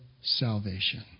salvation